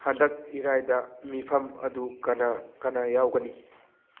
ꯍꯟꯗꯛ ꯏꯔꯥꯏꯗ ꯃꯤꯐꯝ ꯑꯗꯨ ꯀꯅꯥ ꯀꯅꯥ ꯌꯥꯎꯒꯅꯤ